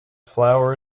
flower